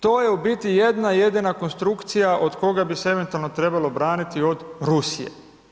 To je u biti jedna jedina konstrukcija od koga bi se eventualno trebalo braniti od Rusije.